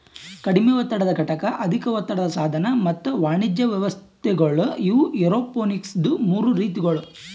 ಕಡಿಮೆ ಒತ್ತಡದ ಘಟಕ, ಅಧಿಕ ಒತ್ತಡದ ಸಾಧನ ಮತ್ತ ವಾಣಿಜ್ಯ ವ್ಯವಸ್ಥೆಗೊಳ್ ಇವು ಏರೋಪೋನಿಕ್ಸದು ಮೂರು ರೀತಿಗೊಳ್